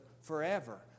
forever